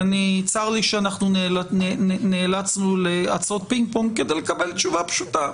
צר לי שנאלצנו לעשות פינג-פונג כדי לקבל תשובה פשוטה,